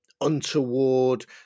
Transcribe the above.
untoward